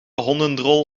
hondendrol